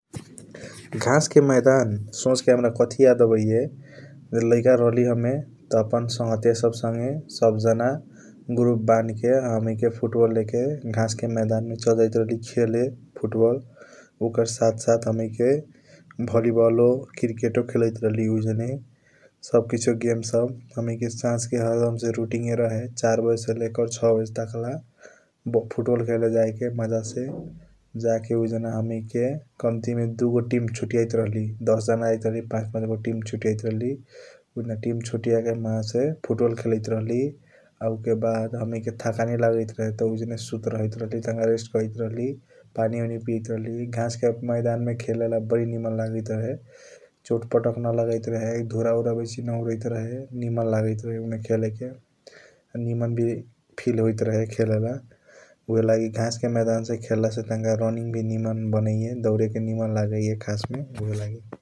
घास के मैदान सोच के हाम्रा कथी याद आबाइया ज लाइक रहली हमे त आपण संघटिया सब जना ग्रुप बान के । हमैके फूटबाल ले लेके घास के मैदान मे चल जैत रहली खेले फुटबॉल ओकर साथ साथ हमैके भोलिबल क्रिकेट खेलाइट रहली उजागे । सब किसियों गेम सब हमैके साझा से रूटीन रहे उजागे चार बजे से लेके सौ बजे तकला फुटबॉल खेले जायके जा के उजान हमैके कमाती मे । दु गो टीम सूतियाइट रहली दस जाना जाईटरहली पाच पाच को टीम सूतियाइट रहली उजान टीम सूतियाके मज़ा से फुटबॉल खेलाइट रहली । उके बाद हमैके ठकनी लग जैत रहे त हमैके उजान ने सूट जैत रहली तनक रेस्ट आक्राइट राहली पनि ओनि पियाइट रहली घास के मैदान मे खेले ला । बारी निमन लगाइट रहे चोटपटक न लगाइट रहे दूर उर बेसी न उराइट रहे निमन लगियाता रहे खेले के निमन वी फ़ील होइट रहे खेले लाए ऊहएलगी । घास के मैदान मे खेला से टंक रूनीनग वी निमन लगिया दौरे के वी निमन लागैया खसस मे ऊहएलगी ।